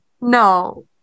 No